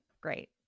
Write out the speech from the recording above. great